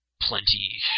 Plenty